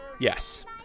Yes